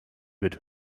wird